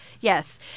Yes